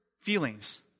feelings